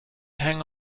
hang